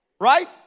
Right